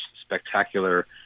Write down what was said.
spectacular